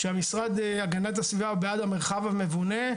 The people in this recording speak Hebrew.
משרד הגנת הסביבה בעד המרחב המבונה,